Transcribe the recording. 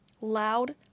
loud